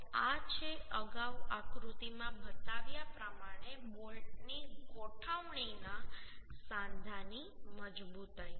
તો આ છે અગાઉ આકૃતિમાં બતાવ્યા પ્રમાણે બોલ્ટની ગોઠવણીના સાંધાની મજબૂતાઈ